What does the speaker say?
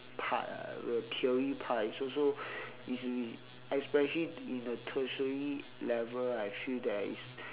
part ah the theory part is also especially in a tertiary level I feel that is